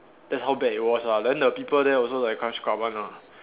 that's how bad it was lah then the people there also like quite scrub one ah